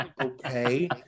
Okay